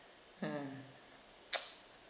hmm